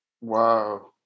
Wow